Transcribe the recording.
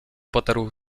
potarł